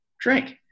drink